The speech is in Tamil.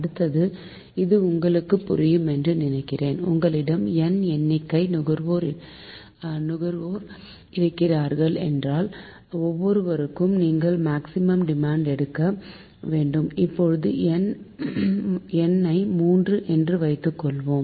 அடுத்தது இது உங்களுக்கு புரியும் என்று நினைக்கிறேன் உங்களிடம் n எண்ணிக்கை நுகர்வோர் இருக்கிறார்கள் என்றால் ஒவ்வொருவருக்கும் நீங்கள் மேக்சிமம் டிமாண்ட் எடுக்க வேண்டும் இப்போது n ஐ 3 என்று வைத்துக்கொள்வோம்